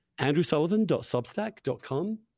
andrewsullivan.substack.com